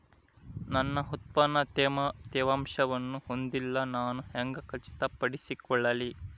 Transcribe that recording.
ನನ್ನ ಉತ್ಪನ್ನ ತೇವಾಂಶವನ್ನು ಹೊಂದಿಲ್ಲಾ ನಾನು ಹೆಂಗ್ ಖಚಿತಪಡಿಸಿಕೊಳ್ಳಲಿ?